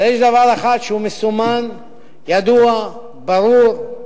אבל יש דבר אחד שהוא מסומן, ידוע, ברור,